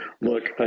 look